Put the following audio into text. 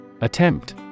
Attempt